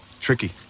Tricky